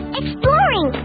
exploring